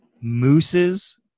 Moose's